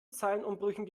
zeilenumbrüchen